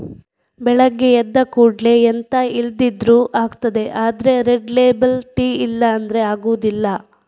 ಬೆಳಗ್ಗೆ ಎದ್ದ ಕೂಡ್ಲೇ ಎಂತ ಇಲ್ದಿದ್ರೂ ಆಗ್ತದೆ ಆದ್ರೆ ರೆಡ್ ಲೇಬಲ್ ಟೀ ಇಲ್ಲ ಅಂದ್ರೆ ಆಗುದಿಲ್ಲ